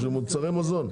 יש שם מוצרי מזון,